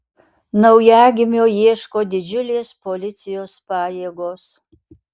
naujagimio ieško didžiulės policijos pajėgos